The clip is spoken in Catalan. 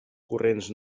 corrents